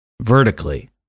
vertically